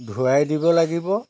ধোৱাই দিব লাগিব